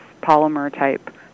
polymer-type